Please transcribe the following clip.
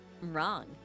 Wrong